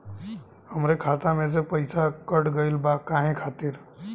हमरे खाता में से पैसाकट गइल बा काहे खातिर?